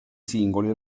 singoli